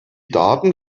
daten